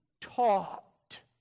taught